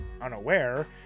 unaware